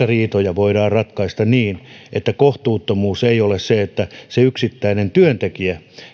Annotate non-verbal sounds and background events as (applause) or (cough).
(unintelligible) riitoja voidaan ratkaista ilman sitä kohtuuttomuutta että se yksittäinen työntekijä